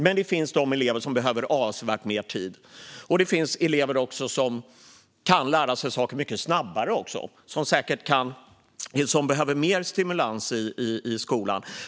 Men det finns de elever som behöver avsevärt mycket mer tid, och det finns de elever som kan lära sig saker mycket snabbare och som behöver mer stimulans i skolan.